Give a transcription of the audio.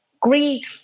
greed